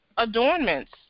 adornments